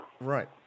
Right